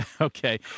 Okay